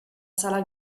sala